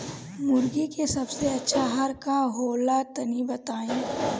मुर्गी के सबसे अच्छा आहार का होला तनी बताई?